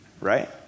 right